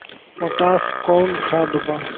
Potash कोउन खाद बा?